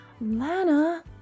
Lana